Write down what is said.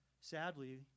sadly